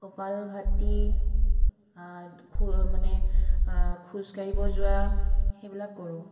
কপাল ভাটী খু মানে খোজাঢ়িব যোৱা সেইবিলাক কৰোঁ